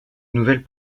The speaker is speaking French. nouvelles